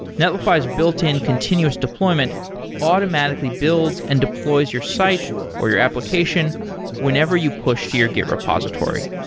netlify's built-in continuous deployment automatically builds and deploys your site or your application whenever you push to your git repository.